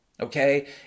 okay